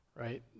right